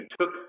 took